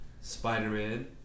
Spider-Man